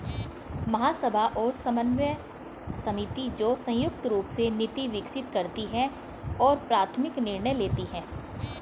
महासभा और समन्वय समिति, जो संयुक्त रूप से नीति विकसित करती है और प्राथमिक निर्णय लेती है